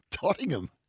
Tottenham